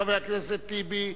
חבר הכנסת טיבי,